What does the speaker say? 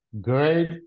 great